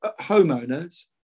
homeowners